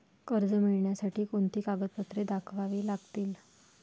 कर्ज मिळण्यासाठी कोणती कागदपत्रे दाखवावी लागतील?